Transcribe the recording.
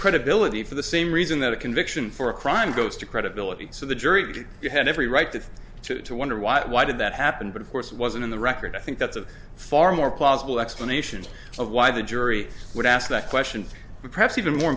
credibility for the same reason that a conviction for a crime goes to credibility so the jury did you had every right to to to wonder why why did that happen but of course wasn't in the record i think that's a far more plausible explanations of why the jury would ask that question to the press even more